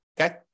okay